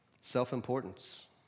Self-importance